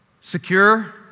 Secure